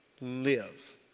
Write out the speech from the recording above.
live